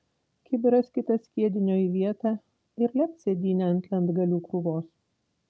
kibiras kitas skiedinio į vietą ir lept sėdynę ant lentgalių krūvos